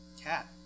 cat